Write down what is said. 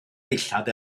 ddillad